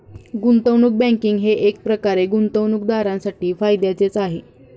गुंतवणूक बँकिंग हे एकप्रकारे गुंतवणूकदारांसाठी फायद्याचेच आहे